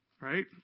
Right